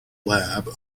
lab